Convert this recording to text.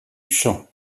champ